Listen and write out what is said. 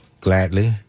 Gladly